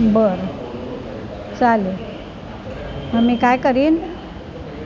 बरं चालेल मग मी काय करीन